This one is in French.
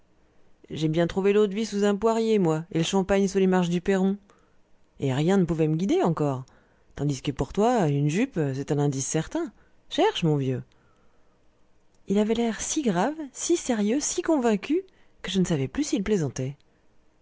j'ai bien trouvé l'eau-de-vie sous un poirier moi et le champagne sous les marches du perron et rien ne pouvait me guider encore tandis que pour toi une jupe c'est un indice certain cherche mon vieux il avait l'air si grave si sérieux si convaincu que je ne savais plus s'il plaisantait